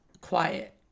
Quiet